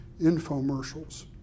infomercials